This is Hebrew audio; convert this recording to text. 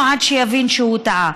תודה,